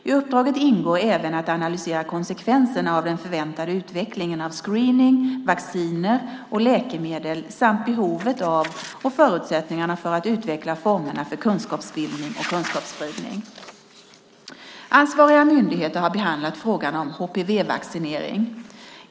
I uppdraget ingår även att analysera konsekvenserna av den förväntade utvecklingen av screening, vacciner och läkemedel samt behovet av och förutsättningarna för att utveckla formerna för kunskapsbildning och kunskapsspridning. Ansvariga myndigheter har behandlat frågan om HPV-vaccinering.